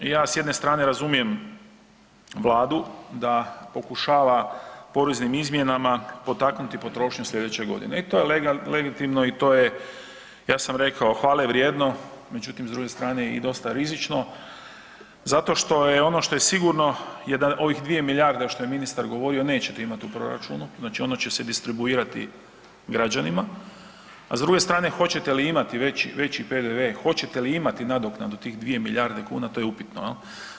Ja s jedne stane razumijem Vladu da pokušava poreznim izmjenama potaknuti potrošnju sljedeće godine i to je legitimno i to je, ja sam rekao, hvale vrijedno, međutim, s druge strane i dosta rizično zato što je ono što je sigurno je da ovih 2 milijarde što je ministar govorio nećete imati u proračunu, znači ono će se distribuirati građanima, a s druge strane, hoćete li imati veći PDV, hoćete li imati nadoknadu tih 2 milijarde kuna, to je upitno, je l'